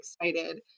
excited